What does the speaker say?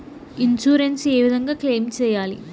Insurance ఏ విధంగా claim సేయాలి?